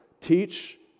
teach